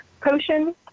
potion